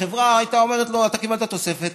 החברה אומרת לו: אתה קיבלת תוספת,